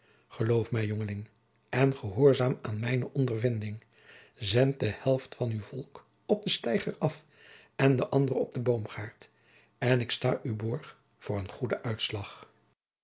geloof mij jongeling en gehoorzaam aan mijne ondervinding zend de helft van uw volk op den steiger af en de andere op den boomgaard en ik sta u borg voor een goeden uitslag